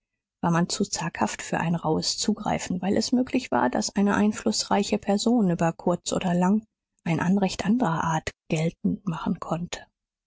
war man zu zaghaft für ein rauhes zugreifen weil es möglich war daß eine einflußreiche person über kurz oder lang ein anrecht andrer art geltend machen konnte